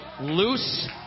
loose